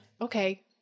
Okay